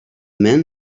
men